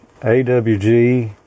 AWG